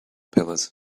pillars